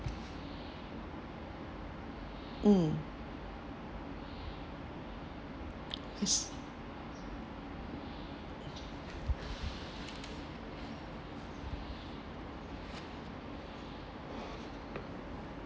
mm yes